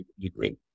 degree